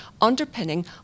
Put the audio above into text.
underpinning